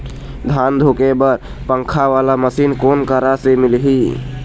धान धुके बर पंखा वाला मशीन कोन करा से मिलही?